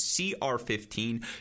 CR15